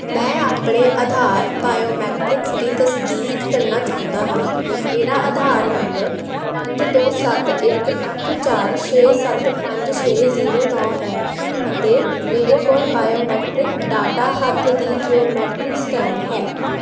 ਮੈਂ ਆਪਣੇ ਆਧਾਰ ਬਾਇਓਮੈਟ੍ਰਿਕਸ ਦੀ ਤਸਦੀਕ ਕਰਨਾ ਚਾਹੁੰਦਾ ਹਾਂ ਮੇਰਾ ਆਧਾਰ ਨੰਬਰ ਪੰਜ ਦੋ ਸੱਤ ਇੱਕ ਅੱਠ ਚਾਰ ਛੇ ਸੱਤ ਪੰਜ ਛੇ ਜੀਰੋ ਨੌ ਹੈ ਅਤੇ ਮੇਰੇ ਕੋਲ ਬਾਇਓਮੈਟ੍ਰਿਕ ਡਾਟਾ ਹੱਥ ਦੀ ਜਿਓਮੈਟਰੀ ਸਕੈਨ ਹੈ